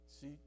See